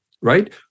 right